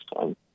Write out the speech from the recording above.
time